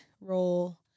role